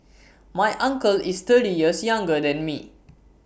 my uncle is thirty years younger than me